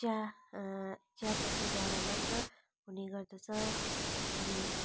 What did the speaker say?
चिया चियापत्तिद्वारा मात्र हुने गर्दछ अनि